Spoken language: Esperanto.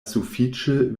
sufiĉe